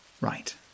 Right